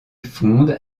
fonde